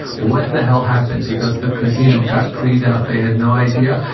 what the hell happened? because the casino got cleaned out. they had no idea.